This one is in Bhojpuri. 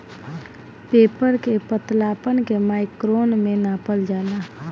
पेपर के पतलापन के माइक्रोन में नापल जाला